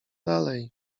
dalej